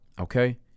Okay